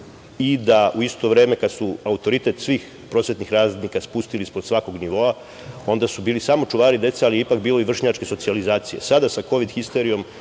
i da u isto vreme, kada su autoritet svihprosvetnih radnika spustili ispod svakog nivoa, onda su bili samo čuvari dece, ali je ipak bilo i vršnjačke socicijalizacije. Sada sa kovid histerijom